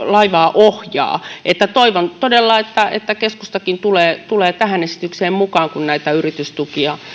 laivaa ohjaavat toivon todella että että keskustakin tulee tulee tähän esitykseen mukaan kun näitä yritystukia